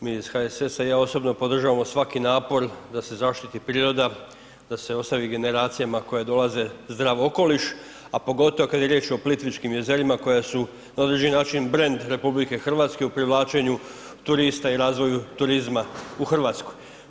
Mi iz HSS, ja osobno podržavamo svaki napor da se zaštiti priroda, da se ostavi generacijama koje dolaze zdrav okoliš, a pogotovo kad je riječ o Plitvičkim jezerima koja su na određeni način brand RH u privlačenju turista i razvoju turizma u Hrvatskoj.